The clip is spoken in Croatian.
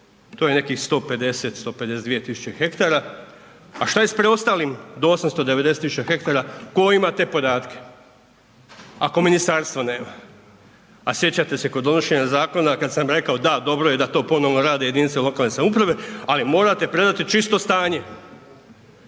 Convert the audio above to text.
to je nekih 150-152 000 hektara, a šta je s preostalim do 890 000 hektara, tko ima te podatke ako ministarstvo nema? A sjećate se kod donošenja zakona kad sam rekao, da dobro je da to ponovno rade jedinice lokalne samouprave, ali morate predati čisto stanje